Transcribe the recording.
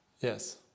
Yes